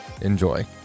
enjoy